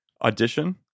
Audition